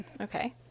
Okay